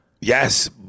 Yes